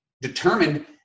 determined